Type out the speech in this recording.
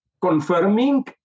confirming